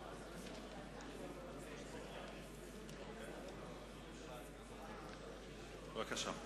בבקשה.